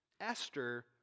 Esther